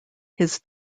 his